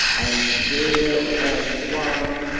and pale and wan,